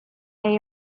they